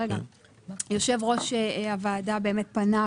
יושב-ראש הוועדה באמת פנה,